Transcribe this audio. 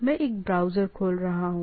मैं एक ब्राउज़र खोल रहा हूं